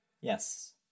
Yes